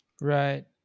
Right